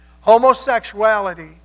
Homosexuality